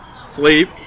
sleep